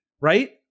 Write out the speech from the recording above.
right